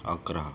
अकरा